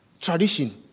tradition